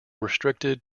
restricted